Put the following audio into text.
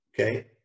Okay